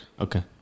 Okay